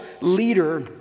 leader